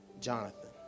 Jonathan